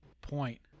Point